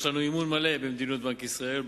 יש לנו אמון מלא במדיניות בנק ישראל,